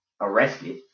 arrested